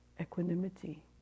equanimity